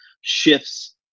shifts